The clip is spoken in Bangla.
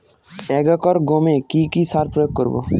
এক একর গমে কি কী সার প্রয়োগ করব?